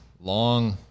long